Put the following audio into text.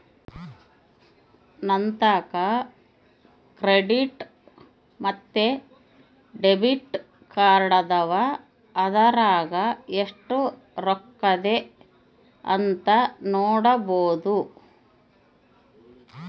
ನಂತಾಕ ಕ್ರೆಡಿಟ್ ಮತ್ತೆ ಡೆಬಿಟ್ ಕಾರ್ಡದವ, ಅದರಾಗ ಎಷ್ಟು ರೊಕ್ಕತೆ ಅಂತ ನೊಡಬೊದು